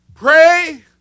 Pray